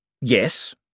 yes